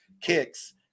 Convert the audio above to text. kicks